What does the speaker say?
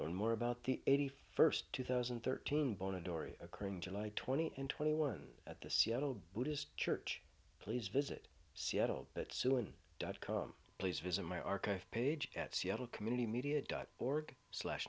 learn more about the eighty first two thousand and thirteen bona dory occurring july twenty eighth and twenty one at the seattle buddhist church please visit seattle but soon dot com please visit my archive page at seattle community media dot org slash